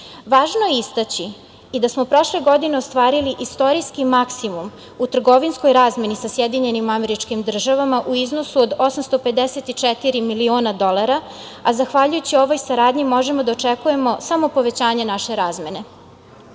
je istaći i da smo prošle godine ostvarili istorijski maksimum u trgovinskoj razmeni sa SAD u iznosu od 854 miliona dolara, a zahvaljujući ovoj saradnji možemo da očekujemo samo povećanje naše razmene. Bitno